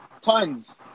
Tons